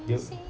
they will